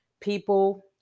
People